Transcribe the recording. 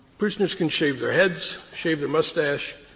prisoners can shave their heads, shave their mustache,